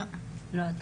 באמת,